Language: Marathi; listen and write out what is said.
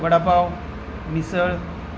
वडापाव मिसळ